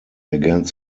against